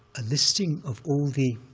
a listing of all the